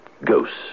ghosts